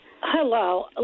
Hello